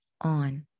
on